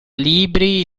libri